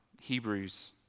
Hebrews